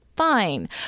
Fine